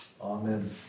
Amen